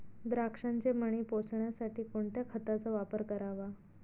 द्राक्षाचे मणी पोसण्यासाठी कोणत्या खताचा वापर करावा?